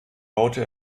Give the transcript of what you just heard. baute